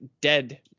dead